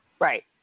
Right